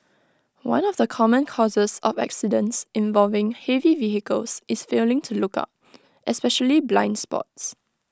one of the common causes of accidents involving heavy vehicles is failing to look out especially blind spots